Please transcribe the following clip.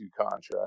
contract